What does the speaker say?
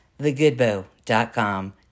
thegoodbow.com